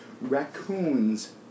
raccoons